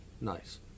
Nice